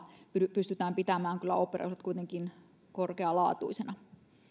pystytään pitämään kyllä oopperajuhlat kuitenkin korkealaatuisina